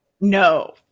No